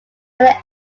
when